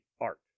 art